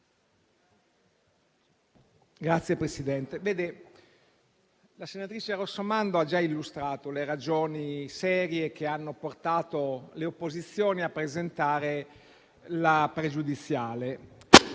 la senatrice Rossomando ha già illustrato le ragioni serie che hanno portato le opposizioni a presentare la questione